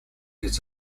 this